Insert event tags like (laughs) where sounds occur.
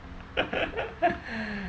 (laughs)